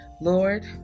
Lord